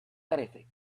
terrific